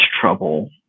trouble